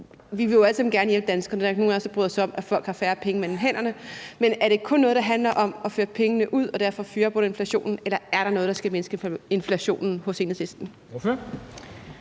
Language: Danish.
Vi vil jo alle sammen gerne hjælpe danskerne; der er jo ikke nogen af os, der bryder os om, at folk har færre penge mellem hænderne. Men er det kun noget, der handler om at føre pengene ud og derfor fyre op under inflationen, eller er der noget, der skal mindske inflationen, hos Enhedslisten?